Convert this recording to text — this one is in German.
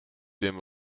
dem